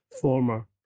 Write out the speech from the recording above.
former